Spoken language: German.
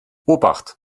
obacht